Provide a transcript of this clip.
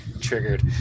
triggered